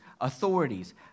authorities